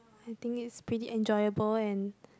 I think is pretty enjoyable and